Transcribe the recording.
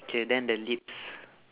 K then the lips